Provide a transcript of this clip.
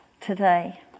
today